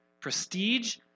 prestige